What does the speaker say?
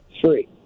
Three